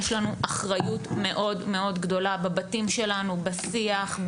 יש לנו אחריות מאוד גדולה בבתים שלנו בשיח,